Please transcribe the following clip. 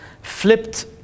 flipped